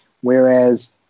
Whereas